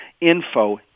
info